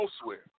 elsewhere